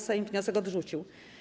Sejm wniosek odrzucił.